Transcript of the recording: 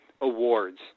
awards